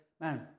Man